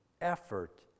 effort